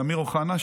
לאמיר אוחנה,